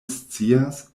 scias